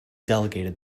delegated